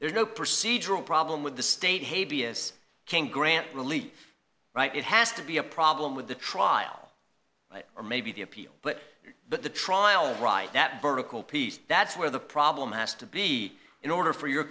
there's no procedural problem with the state hey b s can grant really right it has to be a problem with the trial or maybe the appeal but but the trial right that vertical piece that's where the problem has to be in order for your